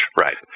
Right